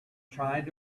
trying